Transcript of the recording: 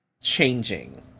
changing